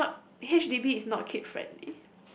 you cannot H_D_B is not kid friendly